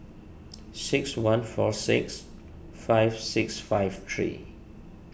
six one four six five six five three